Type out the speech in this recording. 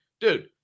Dude